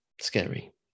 scary